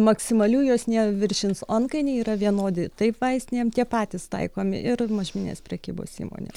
maksimalių jos neviršys o antkainiai yra vienodi taip vaistinėm tie patys taikomi ir mažmeninės prekybos įmonėm